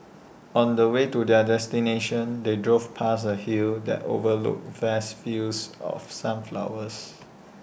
on the way to their destination they drove past A hill that overlooked vast fields of sunflowers